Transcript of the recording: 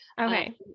okay